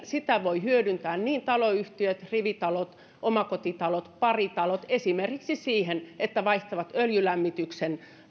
sitä voivat hyödyntää nimenomaan niin taloyhtiöt rivitalot omakotitalot kuin paritalot esimerkiksi siihen että vaihtavat öljylämmityksen